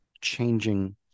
changing